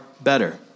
better